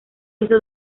hizo